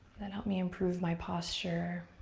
that help me improve my posture,